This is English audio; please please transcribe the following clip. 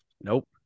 nope